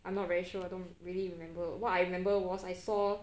I'm not very sure don't really remember what I remember was I saw